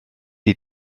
die